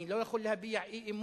אני לא יכול להביע אי-אמון